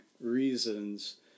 reasons